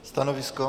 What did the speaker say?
Stanovisko?